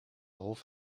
hof